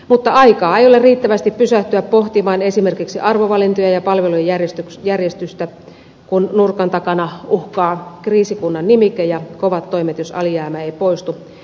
mutta aikaa ei ole riittävästi pysähtyä pohtimaan esimerkiksi arvovalintoja ja palvelujen järjestystä kun nurkan takana uhkaa kriisikunnan nimike ja kovat toimet jos alijäämä ei poistu tietyssä ajassa